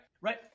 Right